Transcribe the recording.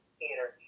theater